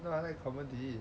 no I like comedy